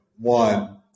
one